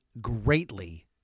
greatly